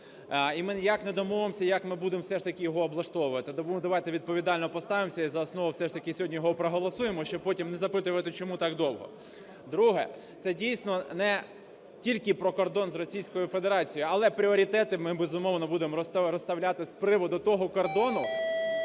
і ми ніяк не домовимося, як ми будемо все ж таки його облаштовувати. Тому давайте відповідально поставимося і за основу все ж таки сьогодні його проголосуємо, щоб потім не запитувати, чому так довго. Друге. Це, дійсно, не тільки про кордон з Російською Федерацією. Але пріоритети ми, безумовно, будемо розставляти з приводу того кордону,